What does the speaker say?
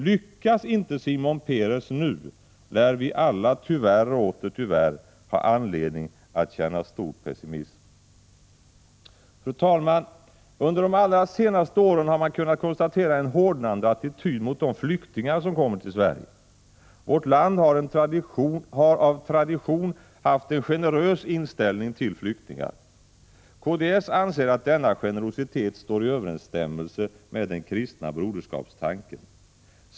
Lyckas inte Simon Peres nu, lär vi alla tyvärr och åter tyvärr ha anledning att känna stor pessimism. Fru talman! Under de allra senaste åren har man kunnat konstatera en hårdnande attityd mot de flyktingar som kommer till Sverige. Vårt land har av tradition haft en generös inställning till flyktingar. KDS anser att denna generositet står i överensstämmelse med den kristna broderskapstanken.